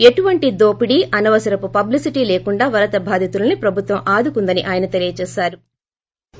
ఎటువంటి దోపిడీ అనవసరపు పబ్లిసిటీ లేకుండా వరద బాధితులని ప్రభుత్వం ఆదుకుందని ఆయన తెలియజేశారు